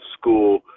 school